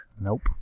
Nope